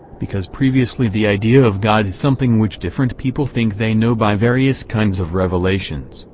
because previously the idea of god is something which different people think they know by various kinds of revelations,